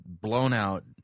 blown-out